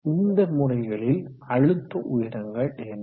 இந்ந முறைகளில் அழுத்த உயரங்கள் என்ன